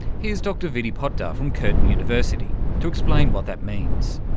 here's dr vidy potdar from curtin university to explain what that means.